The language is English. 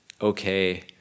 okay